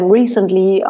recently